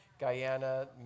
Guyana